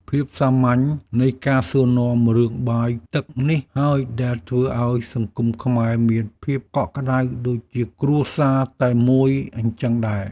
ភាពសាមញ្ញនៃការសួរនាំរឿងបាយទឹកនេះហើយដែលធ្វើឱ្យសង្គមខ្មែរមានភាពកក់ក្តៅដូចជាគ្រួសារតែមួយអញ្ចឹងដែរ។